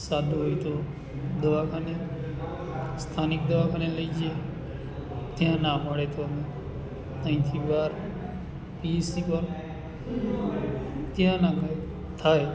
સાદું હોય તો દવાખાને સ્થાનિક દવાખાને લઈ જઈએ ત્યાં ન મળે તો અહીથી બહાર પીસી ક્વાર ત્યાંના થાય